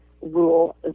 rule